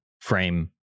frame